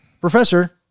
Professor